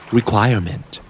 Requirement